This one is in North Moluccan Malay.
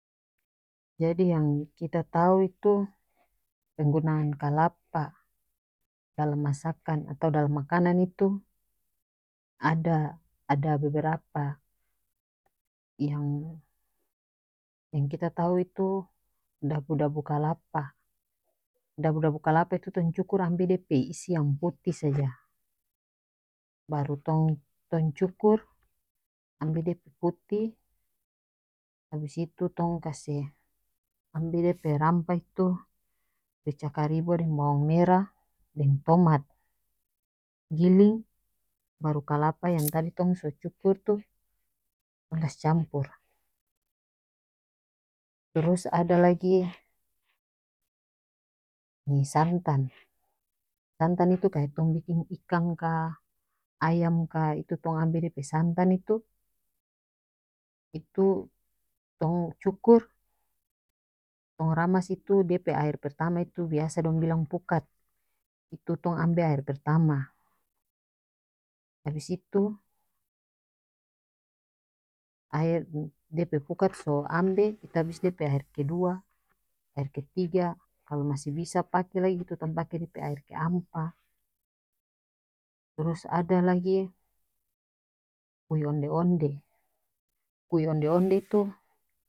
Jadi yang kita tau itu penggunaan kalapa dalam masakan atau dalam makanan itu ada-ada beberapa yang-yang kita tau itu dabu dabu kalapa dabu dabu kalapa itu tong cukur ambe dia pe isi yang putih saja baru tong-tong cukur ambe dia pe putih abis itu tong kase ambe dia pe rampah itu rica karibo deng bawang merah deng tomat giling baru kalapa yang tadi tong so cukur tu tong kas campur trus ada lagi ini santan santan itu kaya tong biking ikang ka ayam ka itu tong ambe dia pe santan itu itu tong cukur tong ramas itu dia pe aer pertama itu biasa dong bilang pukat itu tong ambe aer pertama abis itu aer dia pe pukat so ambe itu abis dia pe aer kedua aer ketiga kalo masih bisa pake lagi tu tong pake dia pe aer keampa trus ada lagi kui onde onde kui onde onde tu.